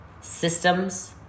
Systems